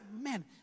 man